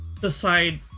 decide